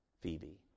Phoebe